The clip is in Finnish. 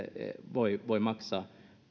voi voi maksaa